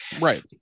Right